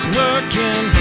working